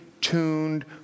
tuned